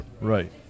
Right